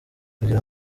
kugira